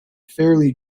fairly